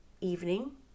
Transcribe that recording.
evening